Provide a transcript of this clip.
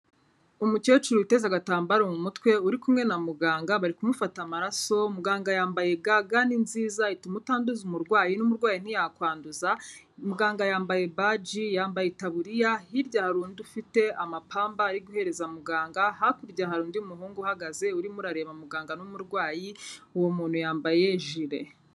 Umukecuru witeze agatambaro mu mutwe uri kumwe na muganga bari kumufata amaraso, muganga yambaye ga. Ga ni nziza ituma utanduza umurwayi n'umurwayi ntiyakwanduza, muganga yambaye baji, yambaye itaburiya, hirya hari undi ufite amapamba ari guhereza muganga, hakurya hari undi muhungu uhagaze urimo urareba muganga n'umurwayi, uwo muntu yambaye jire.